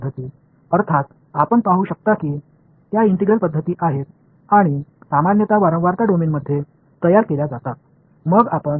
வெளிப்படையாக அவை இன்டெக்ரல் முறைகள் மற்றும் பொதுவாக ஃபிரிகியூன்சி டொமைன் வடிவமைக்கப்பட்டுள்ளன என்பதை நீங்கள் காணலாம்